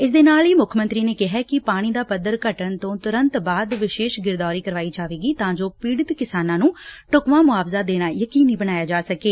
ਇਸ ਦੇ ਨਾਲ ਹੀ ਮੁੱਖ ਮੰਤਰੀ ਨੇ ਕਿਹੈ ਕਿ ਪਾਣੀ ਦਾ ਪੱਧਰ ਘਟਣ ਤੋਂ ਤੁਰੰਤ ਬਾਅਦ ਵਿਸੇਸ਼ ਗ੍ਰਿਦਾਵਰੀ ਕਰਵਾਈ ਜਾਏਗੀ ਤਾਂ ਜੋ ਪੀੜਤ ਕਿਸਾਨਾਂ ਨੂੰ ਢੁਕਵਾਂ ਮੁਆਵਜਾ ਦੇਣਾ ਯਕੀਨੀ ਬਣਾਇਆ ਜਾ ਸਕੇ